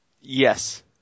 Yes